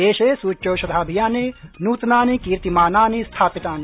देशे सूच्यौषधाभियाने नूतनानि कीर्तिमानानि स्थापितानि